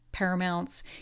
Paramount's